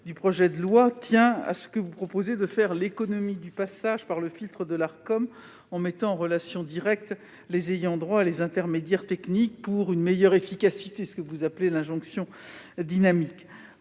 du projet de loi tient à votre souhait de faire l'économie du passage par le filtre de l'Arcom, en mettant en relation directe les ayants droit et les intermédiaires techniques pour une meilleure efficacité. C'est ce que vous appelez l'injonction dynamique.